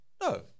no